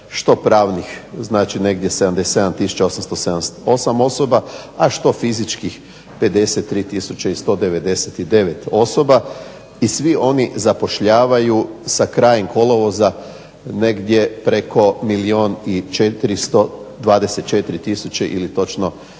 što pravnih znači 77 tisuća 878 osoba, a što fizičkih 53 tisuće 199 osoba i svi oni zapošljavaju sa krajem kolovoza negdje preko milijun